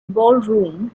ballroom